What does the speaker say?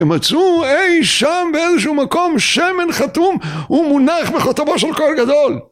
הם מצאו אי שם באיזשהו מקום שמן חתום ומונח מחותמו של כהן גדול.